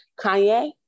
Kanye